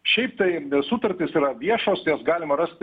šiaip taip na sutartys yra viešos jas galima rasti